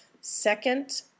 second